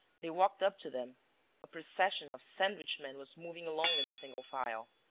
they walked up to them a procession of sandwich-men was moving along in single file.